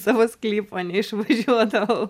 savo sklypo neišvažiuodavau